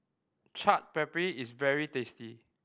Chaat Papri is very tasty